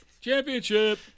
championship